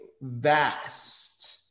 vast